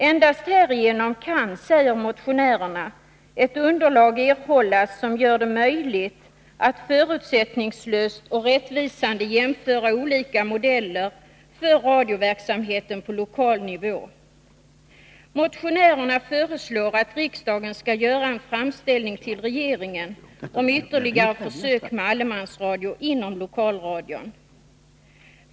Endast härigenom kan, säger motionärerna, ett underlag erhållas, som gör det möjligt att förutsättningslöst och rättvisande jämföra olika modeller för radioverksamheten på lokal nivå. Motionärerna föreslår att riksdagen skall göra en framställning till regeringen om ytterligare försök med allemansradio inom lokalradion.